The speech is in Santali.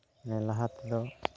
ᱢᱟᱱᱮ ᱞᱟᱦᱟ ᱛᱮᱫᱚ